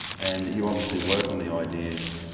and you obviously work on the ideas,